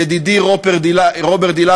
ידידי רוברט אילטוב,